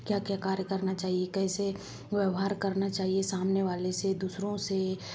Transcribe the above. क्या क्या कार्य करना चाहिए कैसे व्यवहार करना चाहिए सामने वालों से दूसरों से